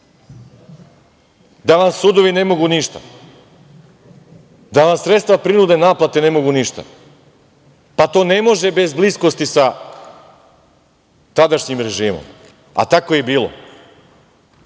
da vam sudovi ne mogu ništa, da vam sredstva prinudne naplate ne mogu ništa. To ne može bez bliskosti sa tadašnjim režimom. A tako je i bilo.